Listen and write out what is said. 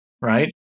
right